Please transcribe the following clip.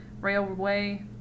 railway